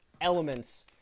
elements